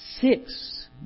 six